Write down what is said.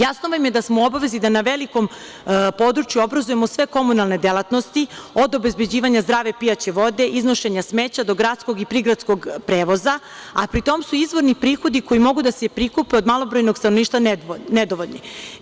Jasno vam je da smo u obavezi da na velikom području obrazujemo sve komunalne delatnosti od obezbeđivanja zdrave pijaće vode, iznošenja smeća do gradskog i prigradskog prevoza, a pri tom su izvorni prihodi koji mogu da se prikupe od malobrojnog stanovništva nedovoljni.